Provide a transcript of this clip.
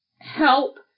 help